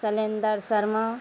Shailender Sharma